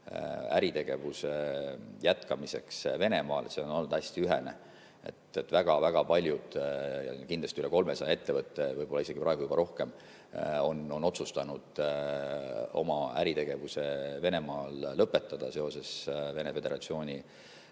äritegevuse jätkamise suhtes Venemaal, siis see on olnud hästi ühene. Väga-väga paljud, kindlasti üle 300 ettevõtte, praegu võib-olla isegi juba rohkem, on otsustanud oma äritegevuse Venemaal lõpetada seoses Vene Föderatsiooni